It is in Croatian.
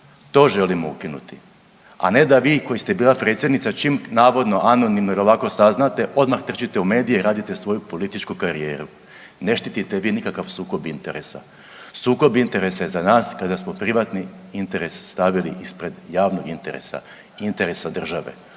To želimo ukinuti. A ne da vi koji ste bila predsjednica, čim navodno anonimnim ili ovako saznate, odmah trčite u medije i radite svoju političku karijeru. Ne štitite vi nikakav sukob interesa. Sukob interesa je za nas kada smo privatni interes stavili ispred javnog interesa. Interesa države.